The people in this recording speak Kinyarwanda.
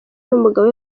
n’umugabo